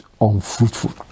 unfruitful